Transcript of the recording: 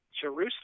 Jerusalem